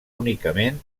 únicament